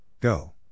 Go